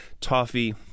toffee